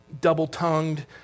double-tongued